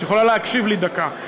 את יכולה להקשיב לי דקה,